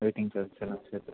waiting charge எல்லாம் சேர்த்து